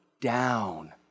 down